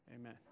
amen